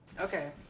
Okay